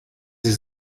sie